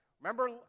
Remember